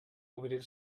obrir